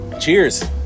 Cheers